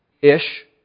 Ish